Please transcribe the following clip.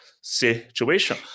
situation